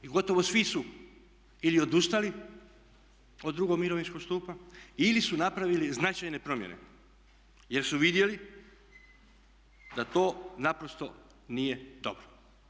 I gotovo svi su ili odustali od drugog mirovinskog stupa ili su napravili značajne promjene jer su vidjeli da to naprosto nije dobro.